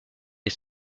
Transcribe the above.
des